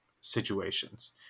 situations